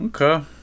Okay